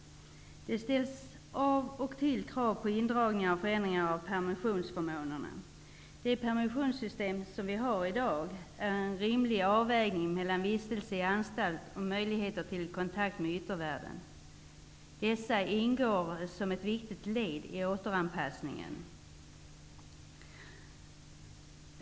Det ställs av och till krav på indragningar och förändringar av permissionsförmånerna. Dagens permissionssystem innebär en rimlig avvägning mellan vistelse i anstalt och möjligheter till kontakter med yttervärlden, vilka ingår som ett viktigt led i återanpassningen.